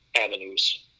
avenues